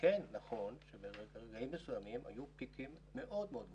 כן נכון שברגעים מסוימים היו פיקים מאוד מאוד גבוהים,